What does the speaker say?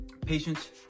Patience